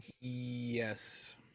yes